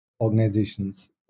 organizations